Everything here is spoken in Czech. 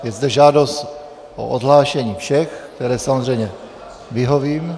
Je zde žádost o odhlášení všech, které samozřejmě vyhovím.